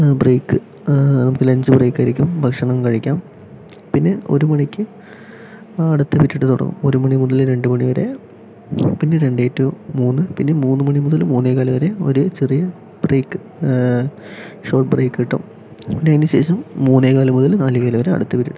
break lunch ബ്രേക്കായിരിക്കും ഭക്ഷണം കഴിക്കാം പിന്നെ ഒരു മണിക്ക് അടുത്ത പിരീഡ് തുടങ്ങും ഒരുമണി മുതൽ രണ്ടുമണി വരെ പിന്നെ രണ്ട് ടു മൂന്ന് പിന്നെ മൂന്നുമണി മുതൽ മൂന്നേകാലു വരെ ഒരു ചെറിയ ബ്രേക്ക് ഷോർട്ട് ബ്രേക്ക് കേട്ടോ പിന്നെ അതിനു ശേഷം മൂന്നേകാലു മുതൽ നാലേകാൽ വരെ അടുത്ത പിരീഡ്